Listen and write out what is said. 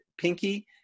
pinky